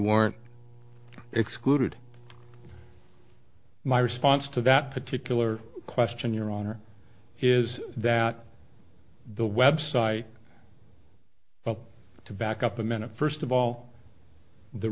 weren't excluded my response to that particular question your honor is that the website but to back up a minute first of all the